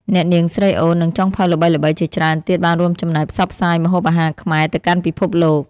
អ្នកនាង ស្រីអូន និងចុងភៅល្បីៗជាច្រើនទៀតបានរួមចំណែកផ្សព្វផ្សាយម្ហូបអាហារខ្មែរទៅកាន់ពិភពលោក។